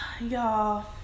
y'all